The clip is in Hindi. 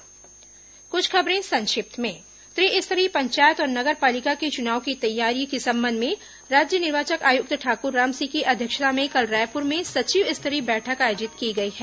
संक्षिप्त समाचार अब कुछ अन्य खबरें संक्षिप्त में त्रिस्तरीय पंचायत और नगर पालिका के चुनाव की तैयारी के संबंध में राज्य निर्वाचन आयुक्त ठाकुर रामसिंह की अध्यक्षता में कल रायपुर में सचिव स्तरीय बैठक आयोजित की गई है